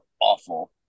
awful